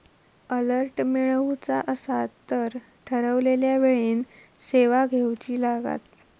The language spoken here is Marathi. अलर्ट मिळवुचा असात तर ठरवलेल्या वेळेन सेवा घेउची लागात